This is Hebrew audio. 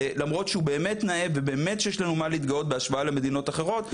למרות שהוא באמת נאה ובאמת שיש לנו מה להתגאות בהשוואה למדינות אחרות,